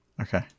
Okay